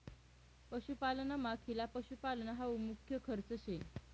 पशुपालनमा खिला पशुपालन हावू मुख्य खर्च शे